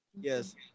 Yes